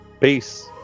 Peace